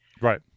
Right